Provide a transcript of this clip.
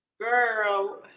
Girl